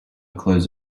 close